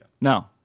No